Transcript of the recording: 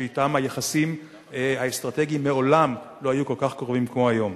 שאתם היחסים האסטרטגיים מעולם לא היו כל כך קרובים כמו היום,